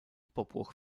popłoch